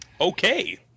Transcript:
Okay